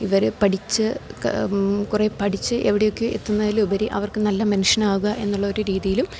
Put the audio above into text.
ഇവര് പഠിച്ച് കുറേ പഠിച്ച് എവിടെയൊക്കെയോ എത്തുന്നതിലുപരി അവർക്ക് നല്ല മനുഷ്യനാവുക എന്നുള്ളൊരു രീതിയിലും